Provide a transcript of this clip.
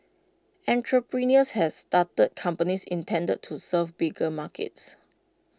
entrepreneurs has started companies intended to serve bigger markets